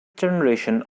generation